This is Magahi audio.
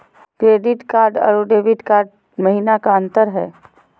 क्रेडिट कार्ड अरू डेबिट कार्ड महिना का अंतर हई?